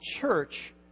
church